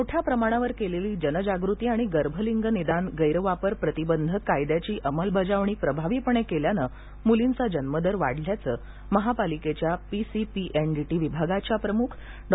मोठ्या प्रमाणावर केलेली जनजागृती आणि गर्भलिंगनिदान गैरवापर प्रतिबंधक कायद्याची प्रभावी अंमलबजावणी केल्याने म्लींचा जन्मदर वाढल्याचं महापालिकेच्या P C P N D T विभागाच्या प्रमुख डॉ